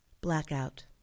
Blackout